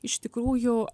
iš tikrųjų